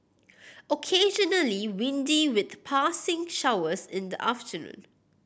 occasionally windy with passing showers in the afternoon